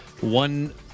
one